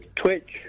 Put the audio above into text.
Twitch